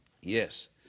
yes